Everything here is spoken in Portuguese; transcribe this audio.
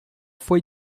foi